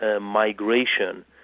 migration